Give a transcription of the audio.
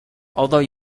although